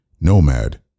Nomad